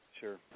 Sure